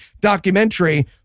documentary